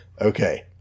Okay